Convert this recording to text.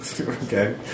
Okay